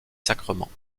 sacrements